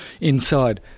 inside